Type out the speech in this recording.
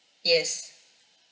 yes